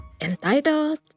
entitled